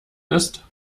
ist